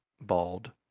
bald